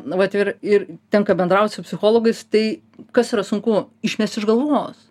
vat ir ir tenka bendraut su psichologais tai kas yra sunku išmest iš galvos